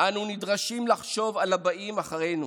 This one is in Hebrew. אנו נדרשים לחשוב על הבאים אחרינו,